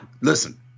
Listen